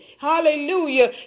Hallelujah